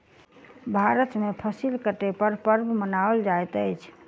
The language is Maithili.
भारत में फसिल कटै पर पर्व मनाओल जाइत अछि